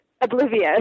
oblivious